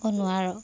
অঁ নোৱাৰ